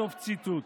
סוף ציטוט.